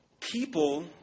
people